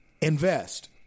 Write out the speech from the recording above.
invest